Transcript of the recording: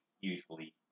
usually